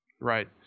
Right